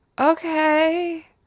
okay